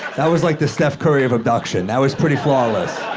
that was like the steph curry of abduction. that was pretty flawless.